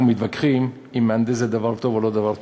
מתווכחים אם מהנדס זה דבר טוב או לא דבר טוב.